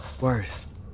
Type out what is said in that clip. Worse